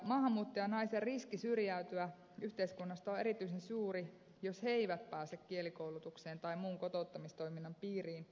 maahanmuuttajanaisten riski syrjäytyä yhteiskunnasta on erityisen suuri jos he eivät pääse kielikoulutukseen tai muun kotouttamistoiminnan piiriin